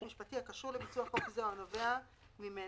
משפטי הקשור לביצוע חוק זה או הנובע ממנו".